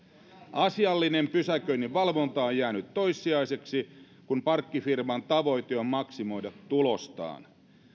asiallinen pysäköinninvalvonta on jäänyt toissijaiseksi kun parkkifirman tavoite on maksimoida tulostaan